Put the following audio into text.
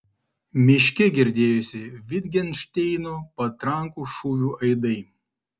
miške girdėjosi vitgenšteino patrankų šūvių aidai